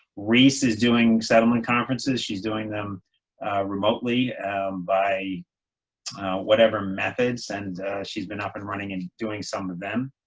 reese is doing settlement conferences. she's doing them remotely by whatever methods, and she's been up and running and doing some of them.